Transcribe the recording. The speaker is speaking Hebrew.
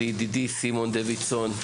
לידידי סימון דוידסון,